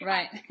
Right